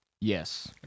Yes